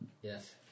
Yes